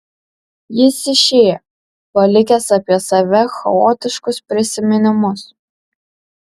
jis išėjo palikęs apie save chaotiškus prisiminimus